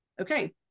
okay